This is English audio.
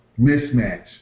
Mismatch